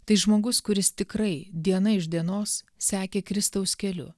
tai žmogus kuris tikrai diena iš dienos sekė kristaus keliu